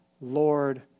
Lord